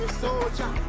soldier